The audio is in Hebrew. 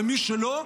ומי שלא,